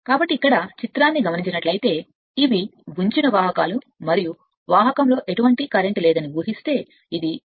కాబట్టి ఇక్కడ ఉంచిన వాహకాలు మరియు వాహకం ఎటువంటి కర్రెంట్లను మోయడం లేదని ఊహిస్తే ఇక్కడ రేఖాచిత్రం చూస్తే